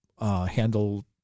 handle